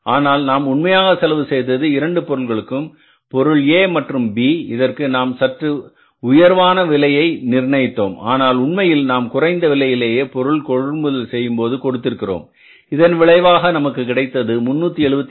ஆனால் நாம் உண்மையாக செலவு செய்தது இரண்டு பொருள்களும் பொருள்A மற்றும் B இதற்கு நான் சற்று உயர்வான விலையை நிர்ணயித்தோம் ஆனால் உண்மையில் நாம் குறைந்த விலையே பொருள் கொள்முதல் செய்யும்போது கொடுத்திருக்கிறோம் இதன் விளைவாக நமக்கு கிடைத்தது 376